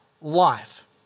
life